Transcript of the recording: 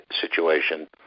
situation